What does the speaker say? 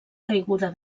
caiguda